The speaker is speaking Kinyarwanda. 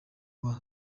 bwa